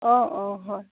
অঁ অঁ হয়